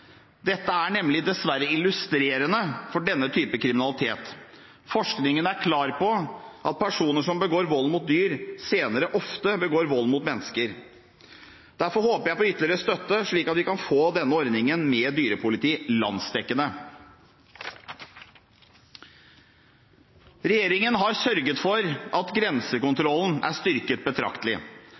Dette er nemlig, dessverre, illustrerende for denne type kriminalitet. Forskningen er klar på at personer som begår vold mot dyr, ofte begår vold mot mennesker senere. Derfor håper jeg på ytterligere støtte, slik at vi kan få ordningen med dyrepoliti landsdekkende. Regjeringen har sørget for at grensekontrollen er styrket betraktelig.